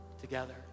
together